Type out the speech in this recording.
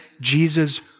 Jesus